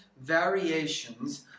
variations